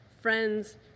Friends